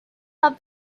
have